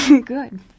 Good